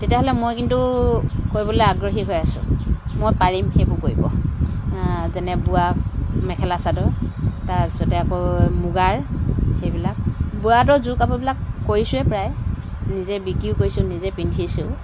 তেতিয়াহ'লে মই কিন্তু কৰিবলৈ আগ্ৰহী হৈ আছোঁ মই পাৰিম সেইবোৰ কৰিব যেনে বোৱা মেখেলা চাদৰ তাৰপিছতে আকৌ মুগাৰ সেইবিলাক বোৱাটো যোৰ কাপোৰবিলাক কৰিছোঁৱে প্ৰায়ে নিজে বিক্ৰীও কৰিছোঁ নিজে পিন্ধিছোঁও